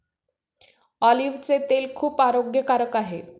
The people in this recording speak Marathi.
ऑलिव्हचे तेल खूप आरोग्यकारक आहे